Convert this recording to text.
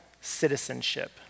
citizenship